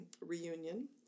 reunion